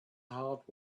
heart